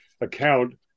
account